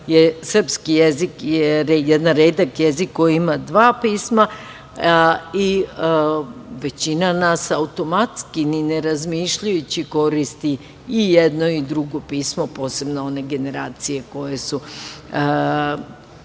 srpski jezik jedan redak jezik koji ima dva pisma i većina nas automatski, ni ne razmišljajući, koristi i jedno i drugo pismo, posebno one generacije koje su